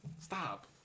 stop